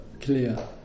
clear